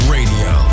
Radio